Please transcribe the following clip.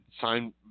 sign